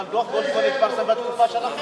אבל דוח-גולדסטון התפרסם בתקופה שלכם.